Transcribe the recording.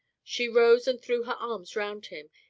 she rose and threw her arms round him,